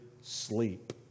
sleep